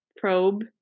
probe